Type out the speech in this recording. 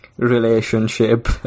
Relationship